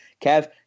Kev